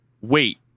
wait